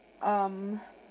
um